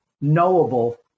knowable